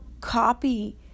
copy